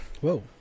Whoa